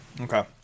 Okay